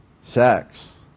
Sex